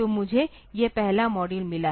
तो मुझे यह पहला मॉड्यूल मिला है